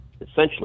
essentially